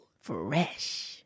Fresh